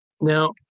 Now